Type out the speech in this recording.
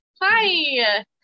Hi